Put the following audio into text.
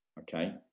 okay